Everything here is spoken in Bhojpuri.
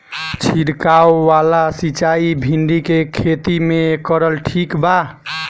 छीरकाव वाला सिचाई भिंडी के खेती मे करल ठीक बा?